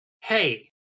Hey